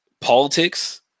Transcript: politics